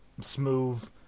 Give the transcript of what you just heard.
smooth